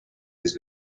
his